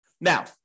Now